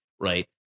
right